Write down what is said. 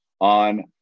on